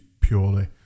purely